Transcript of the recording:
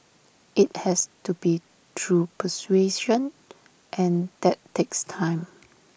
IT has to be through persuasion and that takes time